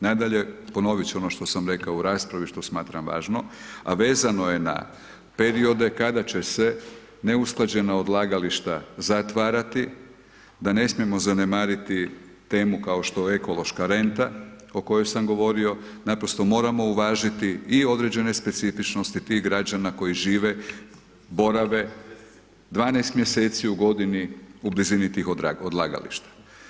Nadalje, ponovit ću ono što sam rekao u raspravi što smatram važno, a vezano je na periode kada će se neusklađena odlagališta zatvarati, da ne smijemo zanemariti temu kao što je ekološka renta o kojoj sam govorio, naprosto moramo uvažiti i određene specifičnosti tih građana koji žive, borave 12 mjeseci u godini u blizini tih odlagališta.